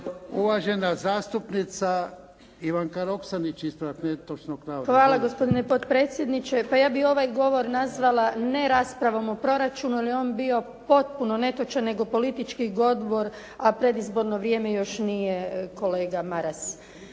Uvažena zastupnica Ivanka Roksandić ispravak netočnog navoda. **Roksandić, Ivanka (HDZ)** Hvala. Gospodine potpredsjedniče. Pa ja bih ovaj govor nazvala ne raspravom o proračunu jer je on bio potpuno netočan nego politički govor a predizborno još nije kolega Maras.